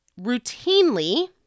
routinely